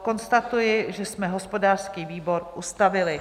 Konstatuji, že jsme hospodářský výbor ustavili.